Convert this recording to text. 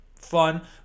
fun